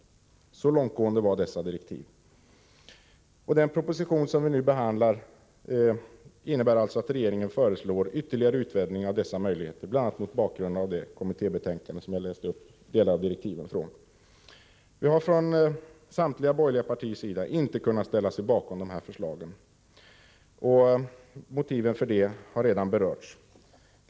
Så långtgående var dessa direktiv. Den proposition som vi nu behandlar innebär alltså att regeringen föreslår ytterligare utvidgning av dessa möjligheter, bl.a. mot bakgrund av det kommittébetänkande ur vilket jag läste upp delar av direktiven. Vi från samtliga borgerliga partiers sida har inte kunnat ställa oss bakom förslaget. Motiven härför har redan berörts.